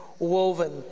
woven